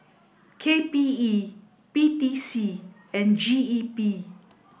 K P E P T C and G E P